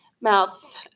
mouth